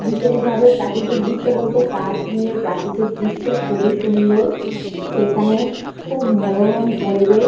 বিশেষভাবে প্রাকৃতিক দৃশ্য বলতে কাশ্মীরের প্রাকৃতিক দৃশ্য খুবই সুন্দর সেইখানে খুব মনোরম পরিবেশ